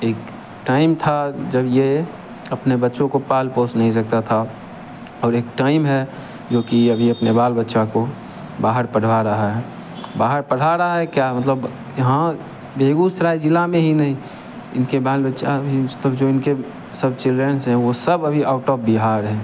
एक टाइम था जब ये अपने बच्चों को पाल पोष नहीं सकता था और एक टाइम है जो कि अभी अपने बाल बच्चा को बाहर पढ़वा रहा है बाहर पढ़ा रहा है क्या मतलब यहाँ बेगूसराय जिला में ही नहीं इनके बाल बच्चा भी उस तक जो इनके सब चिल्ड्रेंस है वो सब अभी ऑउट ऑफ बिहार हैं